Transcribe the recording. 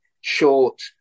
short